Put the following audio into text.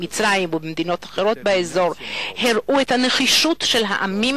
במצרים ובמדינות אחרות באזור הראו את הנחישות של העמים